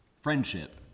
Friendship